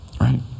Right